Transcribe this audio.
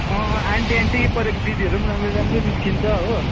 aunty aunty परेको दिदीहरू पनि राम्री राम्री निस्किन्छ हो